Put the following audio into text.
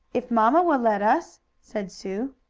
if mamma will let us, said sue.